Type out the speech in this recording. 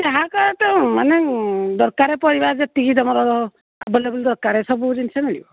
ଯାହା କହନ୍ତୁ ମାନେ ଦରକାରେ ପରିବା ଯେତିକି ତମର ଆଭେଲେବୁଲ ଦରକାରେ ସବୁ ଜିନିଷ ମିଳିବ